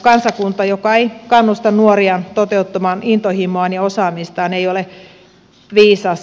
kansakunta joka ei kannusta nuoria toteuttamaan intohimoaan ja osaamistaan ei ole viisas